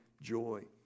joy